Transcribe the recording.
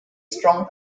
strong